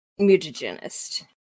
mutagenist